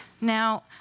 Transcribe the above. Now